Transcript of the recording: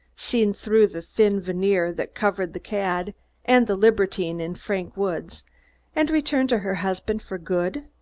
seen through the thin veneer that covered the cad and the libertine in frank woods and returned to her husband for good?